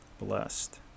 blessed